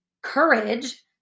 courage